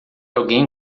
alguém